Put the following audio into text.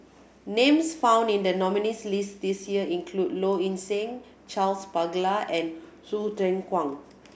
names found in the nominees' list this year include Low Ing Sing Charles Paglar and Hsu Ten Kwang